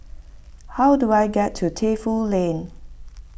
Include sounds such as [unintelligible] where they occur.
how do I get to [unintelligible] Lane